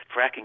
fracking